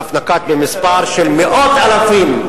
אף נקב במספר של מאות אלפים.